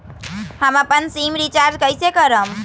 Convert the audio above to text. हम अपन SIM recharge कइसे करम?